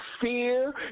fear